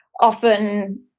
often